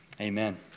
amen